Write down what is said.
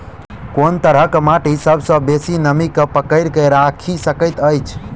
कोन तरहक माटि सबसँ बेसी नमी केँ पकड़ि केँ राखि सकैत अछि?